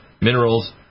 minerals